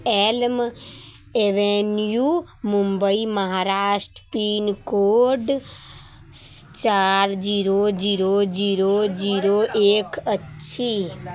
Elm Avenue Mumbai Maharashtra pincode चारि zero zero zero zero एक अछि